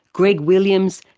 greg williams,